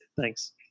Thanks